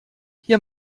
hier